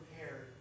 prepared